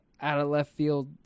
out-of-left-field